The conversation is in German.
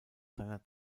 seiner